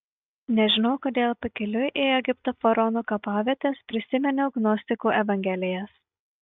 nežinau kodėl pakeliui į egipto faraonų kapavietes prisiminiau gnostikų evangelijas